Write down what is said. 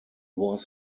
was